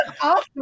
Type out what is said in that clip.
awesome